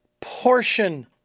Portion